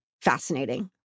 fascinating